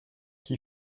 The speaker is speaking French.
qui